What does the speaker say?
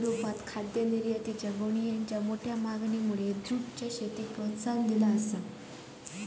युरोपात खाद्य निर्यातीत गोणीयेंच्या मोठ्या मागणीमुळे जूटच्या शेतीक प्रोत्साहन दिला